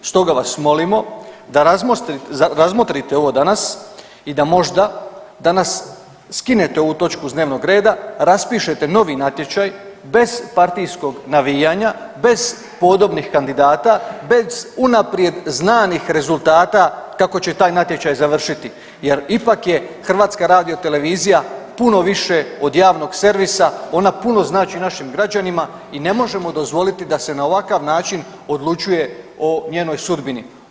Stoga vas molimo da razmotrite ovo danas i da možda danas skinete ovu točku s dnevnog reda, raspišete novi natječaj, bez partijskog navijanja, bez podobnih kandidata, bez unaprijed znanih rezultata kako će taj natječaj završiti jer ipak je HRT puno više od javnog servisa, ona puno znači našim građanima i ne možemo dozvoliti da se na ovakav način odlučuje o njenoj sudbini.